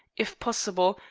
if possible,